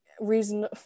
reason